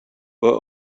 where